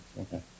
Okay